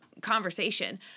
conversation